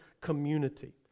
community